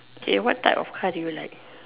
okay what type of car do you like